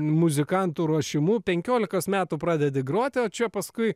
muzikantų ruošimu penkiolikos metų pradedi groti o čia paskui